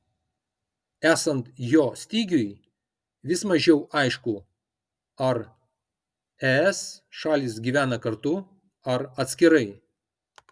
esant jo stygiui vis mažiau aišku ar es šalys gyvena kartu ar atskirai